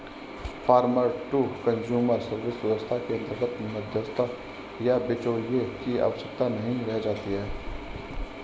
farmer to consumer service व्यवस्था के अंतर्गत मध्यस्थ या बिचौलिए की आवश्यकता नहीं रह जाती है